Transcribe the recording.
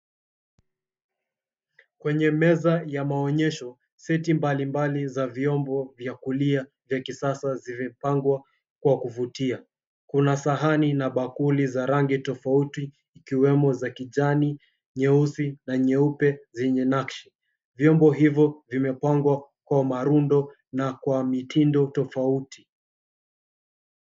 Kwenye meza ya maonyesho, seti mbalimbali za vyombo vya kulia vya kisasa zimepangwa kwa kuvutia. Kuna sahani na bakuli za rangi tofauti ikiwemo za kijani, nyeusi, na nyeupe zenye nakshi. Vyombo hizo zimepangwa kwa marundo na kwa mitindo tofauti.